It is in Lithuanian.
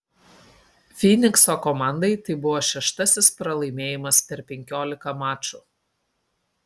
fynikso komandai tai buvo šeštasis pralaimėjimas per penkiolika mačų